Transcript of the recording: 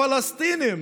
הפלסטינים